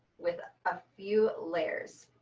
with a few layers.